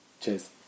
Cheers